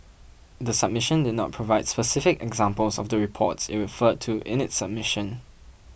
the submission did not provide specific examples of the reports it referred to in its submission